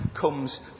comes